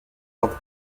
croix